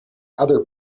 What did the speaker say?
other